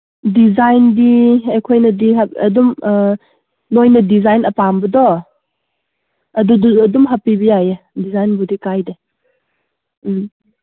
ꯗꯤꯖꯥꯏꯟꯗꯤ ꯑꯩꯈꯣꯏꯅꯗꯤ ꯑꯗꯨꯝ ꯅꯣꯏꯅ ꯗꯤꯖꯥꯏꯟ ꯑꯄꯥꯝꯕꯗꯣ ꯑꯗꯨꯗꯨ ꯑꯗꯨꯝ ꯍꯥꯞꯄꯤꯕ ꯌꯥꯏꯌꯦ ꯗꯤꯖꯥꯏꯟꯕꯨꯗꯤ ꯀꯥꯏꯗꯦ ꯎꯝ